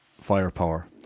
firepower